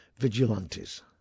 Vigilantes